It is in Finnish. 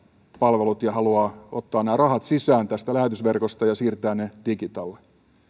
palvelut ja haluaa ottaa nämä rahat sisään tästä lähetysverkosta ja siirtää ne digitalle en